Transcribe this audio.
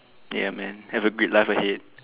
ya man have a great life ahead